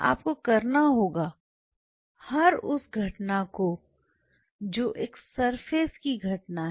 आपको करना होगा हर उस घटना जो एक सरफेस की घटना है